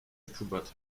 acrobat